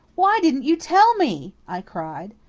why didn't you tell me? i cried.